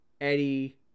Eddie